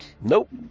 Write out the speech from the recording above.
Nope